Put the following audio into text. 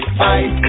fight